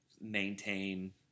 maintain